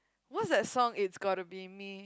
what's that song it's gotta be me